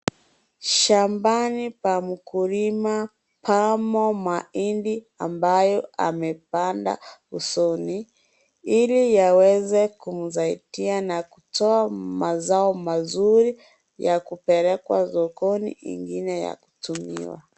Shambani pa mkulima, pamo mahindi ambayo amepanda usoni, ili aweze kumsaidia na kutoa mazao mazuri ya kupelekwa sokoni, ingine ya kutumiwa.